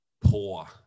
poor